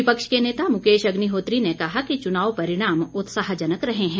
विपक्ष के नेता मुकेश अग्निहोत्री ने कहा कि चुनाव परिणाम उत्साहजनक रहे हैं